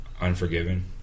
Unforgiven